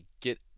get